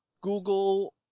Google